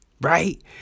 right